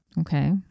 Okay